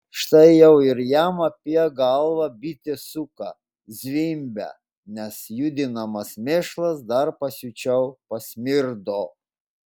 štai jau ir jam apie galvą bitė suka zvimbia nes judinamas mėšlas dar pasiučiau pasmirdo